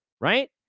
right